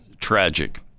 Tragic